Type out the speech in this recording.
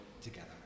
together